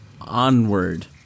Onward